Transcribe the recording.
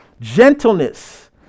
gentleness